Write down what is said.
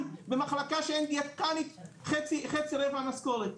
במחלקה שאין דיאטנית בחצי או רבע משכורת.